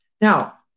Now